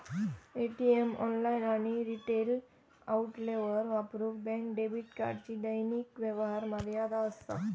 ATM, online आणि retail आउटलेटवर वापरूक बँक डेबिट कार्डची दैनिक व्यवहार मर्यादा असा